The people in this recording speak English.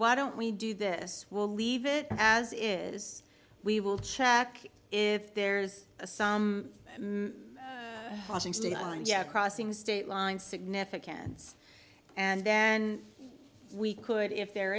why don't we do this we'll leave it as it is we will check if there's some washington on jet crossing state lines significance and then we could if there